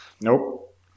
nope